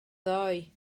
ddoe